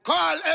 Call